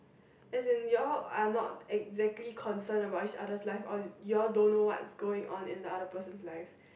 as in your are not exactly concerned about each other life or you all don't know what is going on in the other person's life